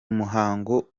muhango